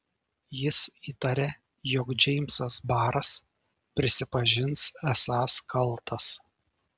jis įtarė jog džeimsas baras prisipažins esąs kaltas